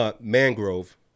Mangrove